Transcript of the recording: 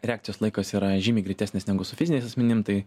reakcijos laikas yra žymiai greitesnis negu su fiziniais asmenim tai